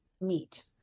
Meet